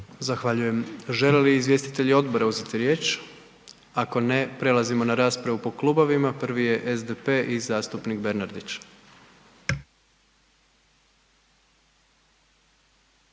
Zahvaljujem. Žele li izvjestitelji odbora uzeti riječ? Ako ne prelazimo na raspravu po klubovima. Prvi je SDP i zastupnik Bernardić.